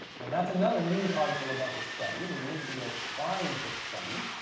and that's another news article about the study, we need to go find this study.